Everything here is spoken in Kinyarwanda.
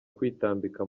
kwitambika